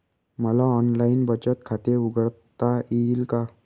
मला ऑनलाइन बचत खाते उघडता येईल का?